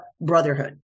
brotherhood